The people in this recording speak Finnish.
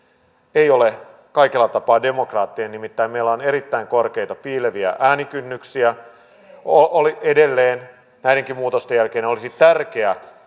ei ole kaikella tapaa demokraattinen nimittäin meillä on erittäin korkeita piileviä äänikynnyksiä edelleen näidenkin muutosten jälkeen joten olisi tärkeää